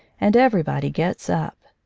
and everybody gets up.